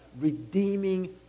redeeming